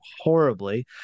horribly